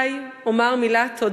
אני מודה לך,